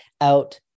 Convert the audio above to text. out